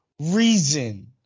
reason –